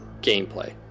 gameplay